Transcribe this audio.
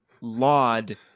laud